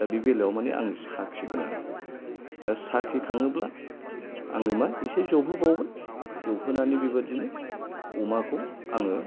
दा बे बेलायाव मानि आं साखिगोन आरो दा साखि खाङोब्ला आङो मा एसे जबहो बावबाय जबहोनानै बेबादिनो अमाखौ आङो